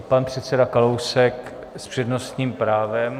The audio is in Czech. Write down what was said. Pan předseda Kalousek s přednostním právem.